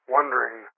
Wondering